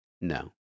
No